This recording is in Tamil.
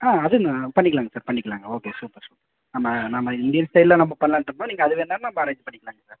ஆ அது நான் நீங்கள் பண்ணிக்கலாங்க சார் பண்ணிக்கலாங்க ஓகே சூப்பர் சூப்பர் நம்ம நாம இந்தியன் ஸ்டைலில் நம்ம பண்ணலான்ட்டு இருந்தோம் நீங்கள் அது வேணாலும் நம்ம அரேஞ்ச் பண்ணிக்கலாங்க சார்